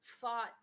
fought